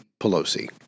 Pelosi